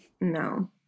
No